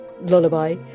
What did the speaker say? lullaby